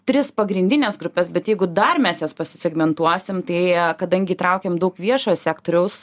tris pagrindines grupes bet jeigu dar mes jas pasisegmentuosim tai kadangi traukiam daug viešojo sektoriaus